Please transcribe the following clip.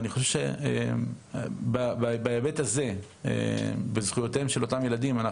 אני חושב שבהיבט הזה של זכויותיהם של אותם ילדים,